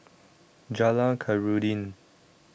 Jalan Khairuddin